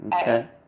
Okay